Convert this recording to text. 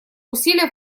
усилия